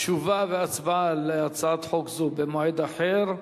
תשובה והצבעה על הצעת חוק זו במועד אחר.